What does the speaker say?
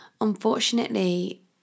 unfortunately